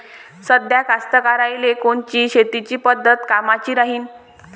साध्या कास्तकाराइले कोनची शेतीची पद्धत कामाची राहीन?